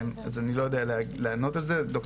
אז אני לא יודע לענות על זה.